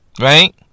Right